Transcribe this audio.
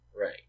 Right